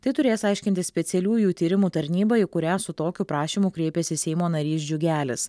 tai turės aiškintis specialiųjų tyrimų tarnyba į kurią su tokiu prašymu kreipėsi seimo narys džiugelis